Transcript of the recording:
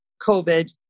COVID